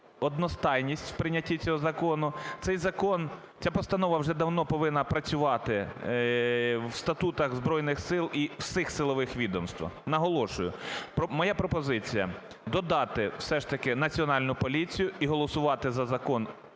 одностайність в прийнятті цього закону. Ця постанова вже давно повинна працювати в статутах Збройних Сил і у всіх силових відомствах. Наголошую, моя пропозиція: додати все ж таки Національну поліцію і голосувати за закон